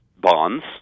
bonds